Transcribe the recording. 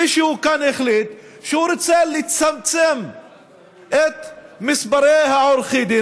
מישהו כאן החליט שהוא רוצה לצמצם את מספר עורכי הדין,